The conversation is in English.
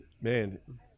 man